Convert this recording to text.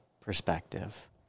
perspective